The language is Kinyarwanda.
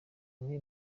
mwe